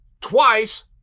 twice